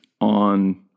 on